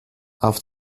auf